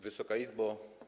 Wysoka Izbo!